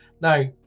now